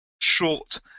short